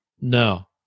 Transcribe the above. No